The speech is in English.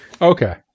Okay